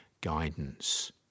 guidance